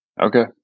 Okay